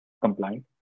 compliant